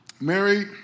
Mary